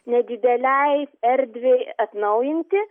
nedideliai erdvei atnaujinti